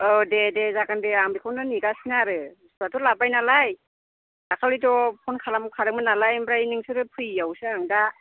औ दे दे जागोन दे आं बेखौनो नेगासिनो आरो बुस्थुआथ' लाबोबाय नालाय दाखालिथ' फन खालाम खादोंमोन नालाय ओमफ्राय नोंसोरो फैयैआवसो आं दा